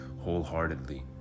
wholeheartedly